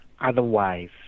otherwise